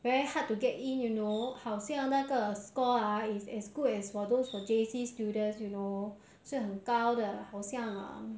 very hard to get in you know 好像那个 score ah as good as for those for J_C students you know 是很高的好像 uh